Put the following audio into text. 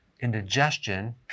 indigestion